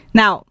now